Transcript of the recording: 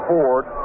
Ford